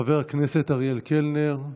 חבר הכנסת אריאל קלנר,